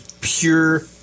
pure